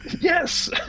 yes